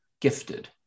gifted